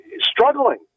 struggling